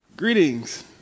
Greetings